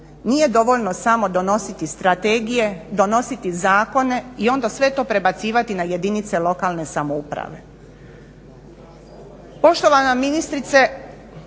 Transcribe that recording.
nije dovoljno samo donositi strategije, donositi zakone i onda sve to prebacivati na jedinice lokalne samouprave.